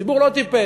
הציבור לא טיפש.